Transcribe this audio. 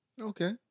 Okay